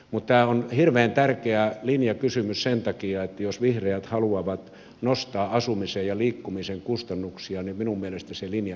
mutta tämä on hirveän tärkeä linjakysymys sen takia että jos vihreät haluavat nostaa asumisen ja liikkumisen kustannuksia niin minun mielestäni se linja ei ole oikein